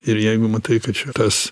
ir jeigu matai kad šitas